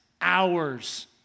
hours